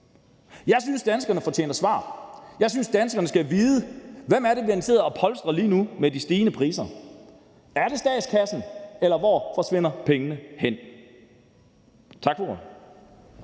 Jeg synes, danskerne fortjener svar. Jeg synes, danskerne skal vide, hvem det er, man sidder og polstrer lige nu med de stigende priser. Er det statskassen, eller hvor forsvinder pengene hen? Tak for ordet.